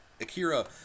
Akira